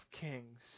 kings